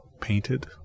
painted